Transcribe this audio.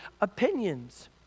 opinions